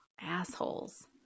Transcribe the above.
Assholes